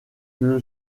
que